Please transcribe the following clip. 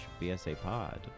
bsapod